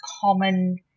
common